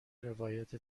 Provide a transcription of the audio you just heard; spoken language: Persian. روایت